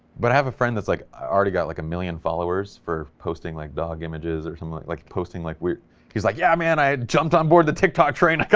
but i have a friend that's like i already got like a million followers for posting like dog images or something like like posting, like weird he's like, yeah man i had jumped on board the tic-tok train,